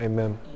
Amen